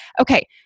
okay